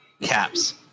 caps